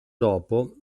dopo